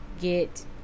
get